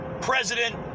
president